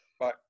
Bye